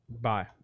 Bye